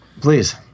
Please